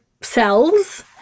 cells